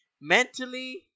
Mentally